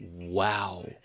Wow